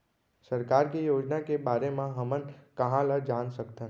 सरकार के योजना के बारे म हमन कहाँ ल जान सकथन?